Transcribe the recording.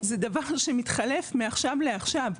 זה דבר שמתחלף מעכשיו לעכשיו.